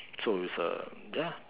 so is a ya